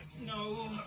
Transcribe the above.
No